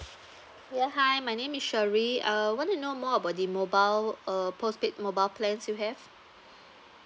ya hi my name is sherry uh I want to know more about the mobile uh postpaid mobile plan you have